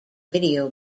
video